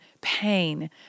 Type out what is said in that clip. pain